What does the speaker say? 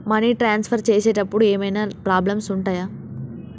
Money transfer చేసేటప్పుడు ఏమైనా problems ఉంటయా?